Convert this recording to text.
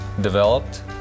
developed